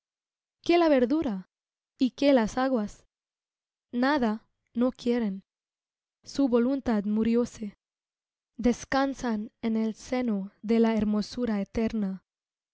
qué la verdura y qué las aguas nada no quieren su voluntad murióse descansan en el seno de la hermosura eterna